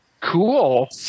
Cool